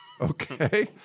okay